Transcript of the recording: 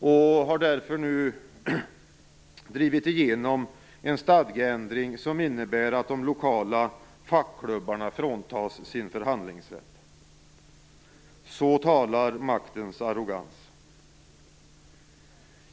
Därför har han nu drivit igenom en stadgeändring som innebär att de lokala fackklubbarna fråntas sin förhandlingsrätt. Så talar maktens arrogans!